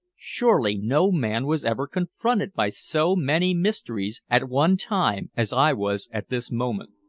surely no man was ever confronted by so many mysteries at one time as i was at this moment.